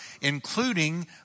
including